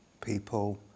people